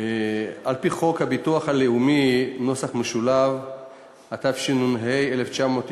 על-פי חוק הביטוח הלאומי , התשנ"ה 1995,